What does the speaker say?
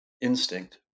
instinct